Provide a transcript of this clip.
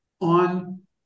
on